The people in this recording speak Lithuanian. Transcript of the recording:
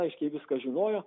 aiškiai viską žinojo